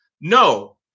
No